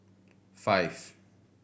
five